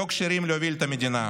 לא כשירים להוביל את המדינה.